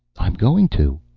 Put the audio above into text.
i'm going to,